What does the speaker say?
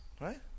right